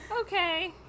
Okay